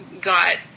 got